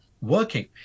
working